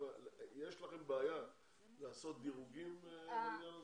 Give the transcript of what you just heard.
יש לכם בעיה לעשות דירוגים בעניין הזה.